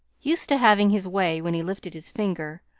used to having his way when he lifted his finger,